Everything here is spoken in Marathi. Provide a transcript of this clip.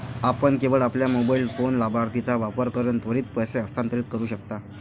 आपण केवळ आपल्या मोबाइल फोन लाभार्थीचा वापर करून त्वरित पैसे हस्तांतरित करू शकता